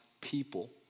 people